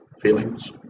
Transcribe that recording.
feelings